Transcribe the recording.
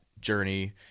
journey